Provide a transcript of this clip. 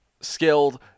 skilled